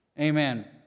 Amen